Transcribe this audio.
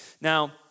Now